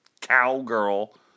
cowgirl